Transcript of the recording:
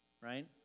right